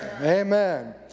Amen